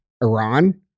Iran